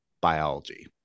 biology